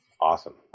Awesome